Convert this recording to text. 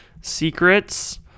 secrets